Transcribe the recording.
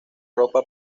ropa